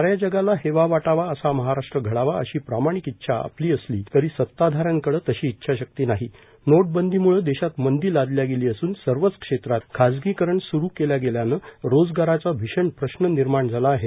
साऱ्या जगाला हेवा वाटावा असा महाराष्ट्र घडावा अशी प्रामाणिक इच्छा आपली असली तरी सताधाऱ्यांकडे तशी इच्छाशक्ती नाही नोटबंदी म्ळे देशात मंदी लादल्या गेली असून सर्वच क्षेत्रात खाजगीकरण स्रु केल्या गेल्यानं रोजगाराचा भीषण प्रश्न निर्माण झाला आहे